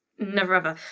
never ever.